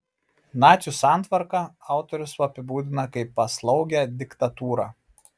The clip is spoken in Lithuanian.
nacių santvarką autorius apibūdina kaip paslaugią diktatūrą